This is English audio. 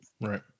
Right